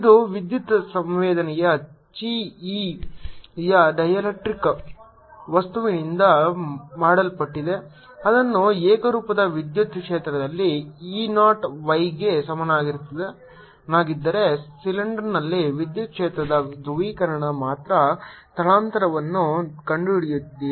ಇದು ವಿದ್ಯುತ್ ಸಂವೇದನೆಯ chi e ಯ ಡೈಎಲೆಕ್ಟ್ರಿಕ್ಸ್ ವಸ್ತುವಿನಿಂದ ಮಾಡಲ್ಪಟ್ಟಿದೆ ಇದನ್ನು ಏಕರೂಪದ ವಿದ್ಯುತ್ ಕ್ಷೇತ್ರದಲ್ಲಿ E 0 y ಗೆ ಸಮನಾಗಿದ್ದರೆ ಸಿಲಿಂಡರ್ನಲ್ಲಿ ವಿದ್ಯುತ್ ಕ್ಷೇತ್ರದ ಧ್ರುವೀಕರಣ ಮತ್ತು ಸ್ಥಳಾಂತರವನ್ನು ಕಂಡುಹಿಡಿಯಿರಿ